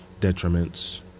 detriments